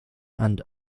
and